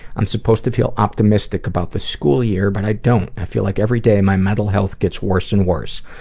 i'm supposed to feel optimistic about the school year but i don't. i feel like every day my mental health gets worse and worse.